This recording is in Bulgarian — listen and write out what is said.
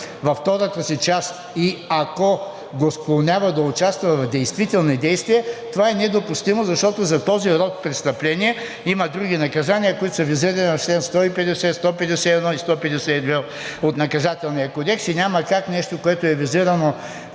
във втората си част „и ако го склонява да участва в действителни действия“, това е недопустимо, защото за този род престъпления има други наказания, които са визирани в чл. 150, 151 и 152 от Наказателния кодекс, и няма как нещо, което е визирано